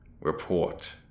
report